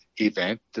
event